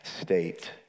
state